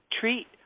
treat